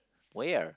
where